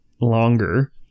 longer